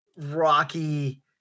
Rocky